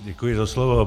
Děkuji za slovo.